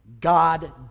God